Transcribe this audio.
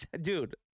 Dude